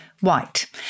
white